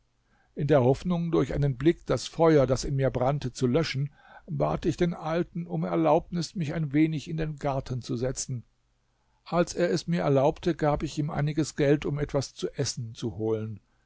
in der hoffnung durch einen blick das feuer das in mir brannte zu löschen bat ich den alten um erlaubnis mich ein wenig in den garten zu setzen als er es mir erlaubte gab ich ihm einiges geld um etwas zu essen zu holen